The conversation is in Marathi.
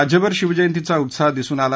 राज्यभर शिवजयंतीचा उत्साह दिसून आला